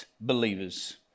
believers